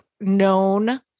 known